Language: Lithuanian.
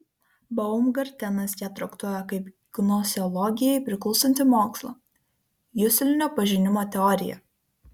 baumgartenas ją traktuoja kaip gnoseologijai priklausantį mokslą juslinio pažinimo teoriją